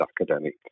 academic